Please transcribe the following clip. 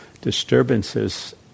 disturbances